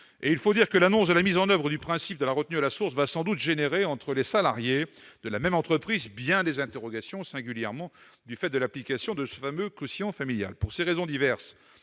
En outre, l'annonce de la mise en oeuvre de la retenue à la source va sans doute faire naître, entre les salariés d'une même entreprise, bien des interrogations, singulièrement du fait de l'application du fameux quotient familial. Pour des raisons diverses,